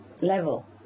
level